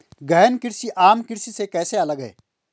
गहन कृषि आम कृषि से कैसे अलग है?